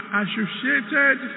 associated